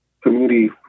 community